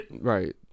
Right